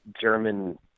German